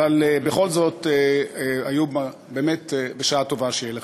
אבל בכל זאת, איוב, באמת בשעה טובה שיהיה לך.